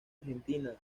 argentina